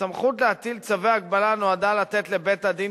הסמכות להטיל צווי הגבלה נועדה לתת לבית-הדין